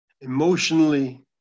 emotionally